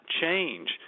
change